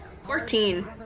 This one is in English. Fourteen